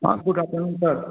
हाँ good afternoon sir